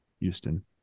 Houston